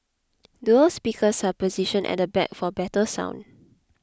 dual speakers are positioned at the back for better sound